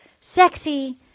sexy